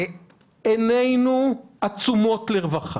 עינינו עצומות לרווחה.